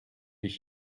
ich